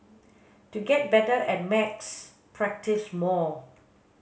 to get better at maths practise more